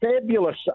fabulous